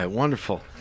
Wonderful